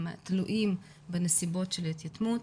הם תלויים בנסיבות של ההתייתמות.